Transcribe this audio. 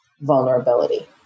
vulnerability